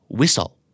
Whistle